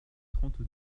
trente